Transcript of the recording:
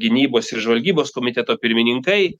gynybos žvalgybos komiteto pirmininkai